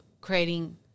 creating